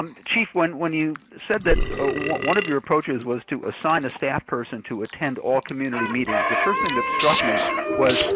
um chief, when when you said that one of your approaches was to assign a staff person to attend all community meetings, the first thing that struck me was,